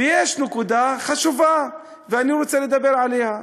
ויש עוד נקודה חשובה, ואני רוצה לדבר עליה: